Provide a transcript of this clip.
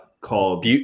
called